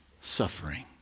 suffering